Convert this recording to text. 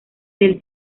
del